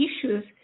issues